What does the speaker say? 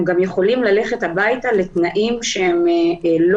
הם גם יכולים ללכת הביתה לתנאים שהם לא